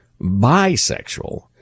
bisexual